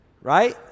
right